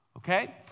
Okay